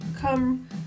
come